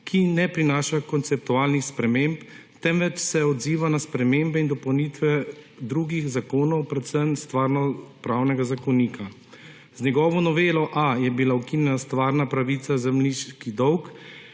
ki ne prinaša konceptualnih sprememb, temveč se odziva na spremembe in dopolnitve drugih zakonov, predvsem Stvarnopravnega zakonika. Z njegovo novelo A je bila ukinjena stvarna pravica zemljiški dolg,